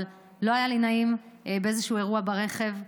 אבל לא היה לי נעים באיזשהו אירוע ברכב,